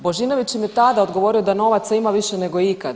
Božinović im je tada odgovorio da novaca ima više nego ikad.